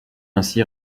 ainsi